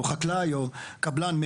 חקלאי או קבלן,